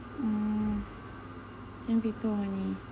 mm ten people only